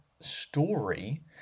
story